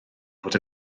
fod